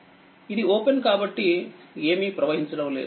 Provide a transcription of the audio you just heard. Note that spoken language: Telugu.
ఇది ఓపెన్ కాబట్టి ఏమీ ప్రవహించడం లేదు